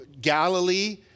Galilee